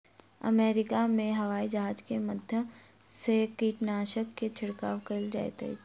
America में हवाईजहाज के माध्यम से कीटनाशक के छिड़काव कयल जाइत अछि